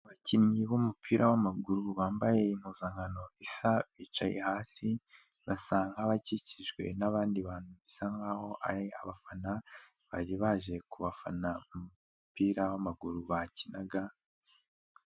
Abakinnyi b'umupira w'amaguru bambaye impuzankano isa bicaye hasi basa nk'abakikijwe n'abandi bantu bisa nkaho ari abafana, bari baje kubafana mu mupira w'amaguru bakinaga.